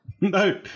No